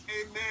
amen